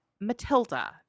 matilda